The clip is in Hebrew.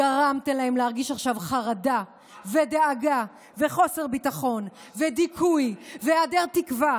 גרמתם להם להרגיש עכשיו חרדה ודאגה וחוסר ביטחון ודיכוי והיעדר תקווה.